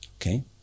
Okay